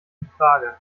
infrage